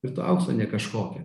ir to aukso ne kažkokia